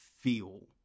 feel